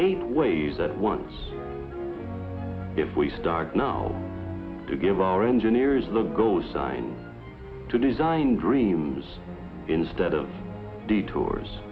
a ways that once if we start now to give our engineers the go sign to design dreams instead of detours